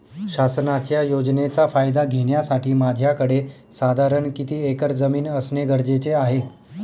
शासनाच्या योजनेचा फायदा घेण्यासाठी माझ्याकडे साधारण किती एकर जमीन असणे गरजेचे आहे?